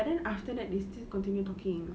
but then after that they still continue talking